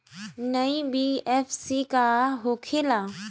NBFC का होंखे ला?